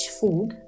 food